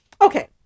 Okay